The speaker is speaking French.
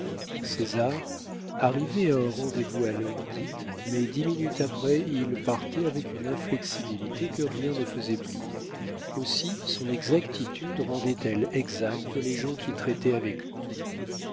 césar arrivait à un rendez-vous à l'heure dite mais dix minutes après il partait avec une inflexibilité que rien ne faisait plier aussi son exactitude rendait elle exacts les gens qui traitaient avec lui